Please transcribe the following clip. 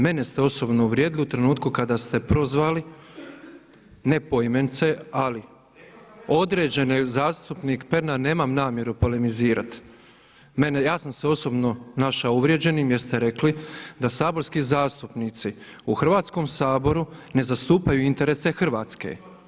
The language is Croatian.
Mene ste osobno uvrijedili u trenutku kada ste prozvali ne poimence ali određene, zastupnik Pernar nemam namjeru polemizirati, ja sam se osobno našao uvrijeđenim jer ste rekli da saborski zastupnici u Hrvatskom saboru ne zastupaju interese Hrvatske.